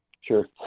Sure